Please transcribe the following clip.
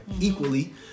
equally